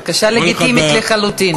בקשה לגיטימית לחלוטין,